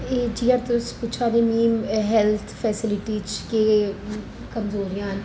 एह् जियां तुस पुच्छेआ दे मी हैल्थ फैसलिटी च केह् कमजोरियां न